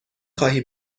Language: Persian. خواهی